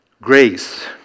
Grace